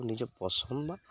ନିଜ ପସନ୍ଦ ବା